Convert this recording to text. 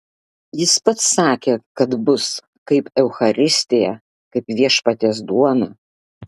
jis pats sakė kad bus kaip eucharistija kaip viešpaties duona